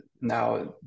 now